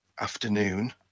afternoon